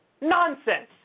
Nonsense